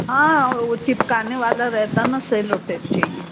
हाँ वो चिपकाने वाला रहता ना सेलो टेप चाहिए